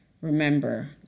Remember